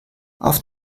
auf